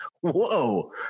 whoa